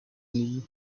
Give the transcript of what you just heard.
knee